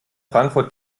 frankfurt